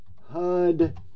HUD